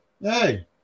Hey